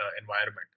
environment